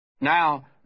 Now